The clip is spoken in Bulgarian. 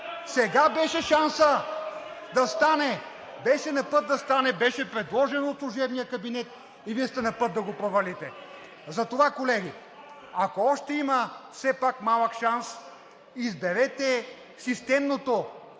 Сега беше шансът да стане. Беше напът да стане. Беше предложено от служебния кабинет и Вие сте напът да го провалите. Затова, колеги, ако още има все пак малък шанс, изберете системното,